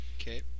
Okay